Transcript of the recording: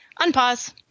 Unpause